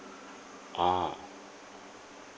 ah